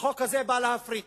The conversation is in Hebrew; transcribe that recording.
החוק הזה בא להפריט.